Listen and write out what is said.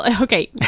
okay